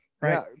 right